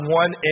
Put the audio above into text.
one